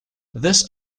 this